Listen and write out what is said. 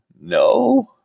No